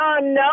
No